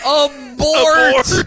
abort